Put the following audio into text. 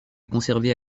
conservées